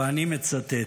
ואני מצטט: